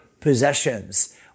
possessions